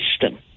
system